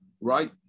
right